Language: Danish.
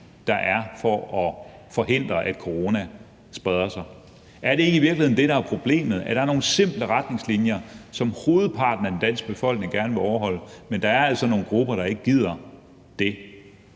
der er, for at forhindre, at corona spreder sig? Er det ikke det, der i virkeligheden er problemet, altså at der er nogle simple retningslinjer, som hovedparten af den danske befolkning gerne vil overholde, men at der altså er nogle grupper, der ikke gider det?